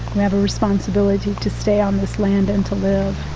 we have a responsibility to stay on this land and to live.